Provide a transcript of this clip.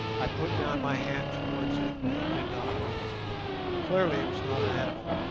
i put down my hand towards it and it did not move clearly it was not an animal.